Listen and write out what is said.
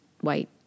white